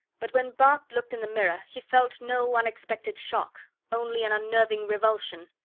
but when bart looked in the mirror he felt no unexpected shock, only an unnerving revulsion.